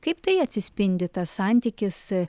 kaip tai atsispindi tas santykis